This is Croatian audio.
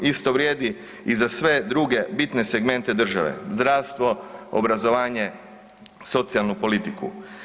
Isto vrijedi i za sve druge bitne segmente države, zdravstvo, obrazovanje, socijalnu politiku.